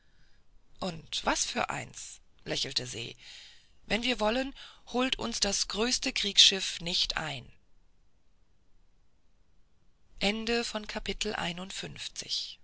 und was für eins lächelte se wenn wir wollen holt uns das größte kriegsschiff nicht ein